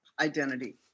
identity